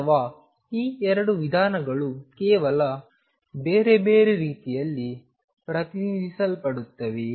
ಅಥವಾ ಈ 2 ವಿಧಾನಗಳು ಕೇವಲ ಬೇರೆ ರೀತಿಯಲ್ಲಿ ಪ್ರತಿನಿಧಿಸಲ್ಪಡುತ್ತವೆಯೇ